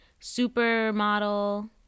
Supermodel